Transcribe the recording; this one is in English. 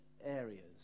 areas